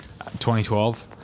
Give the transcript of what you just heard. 2012